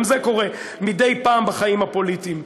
גם זה קורה מדי פעם בחיים הפוליטיים: